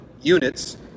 units